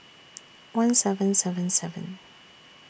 one seven seven seven